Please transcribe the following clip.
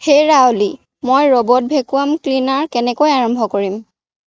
হেৰা অ'লি মই ৰবট ভেকুৱাম ক্লিনাৰ কেনেকৈ আৰম্ভ কৰিম